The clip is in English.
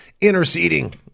interceding